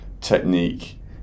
technique